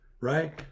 right